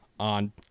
on